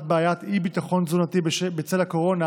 בעיית אי-ביטחון תזונתי בצל הקורונה,